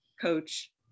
coach